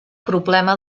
problema